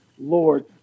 Lord